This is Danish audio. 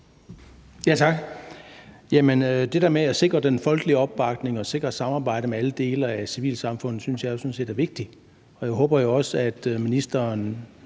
Tak. Det der med at sikre den folkelige opbakning og sikre samarbejdet med alle dele af civilsamfundet synes jeg jo sådan set er vigtigt. Og jeg håber jo også, at ministeren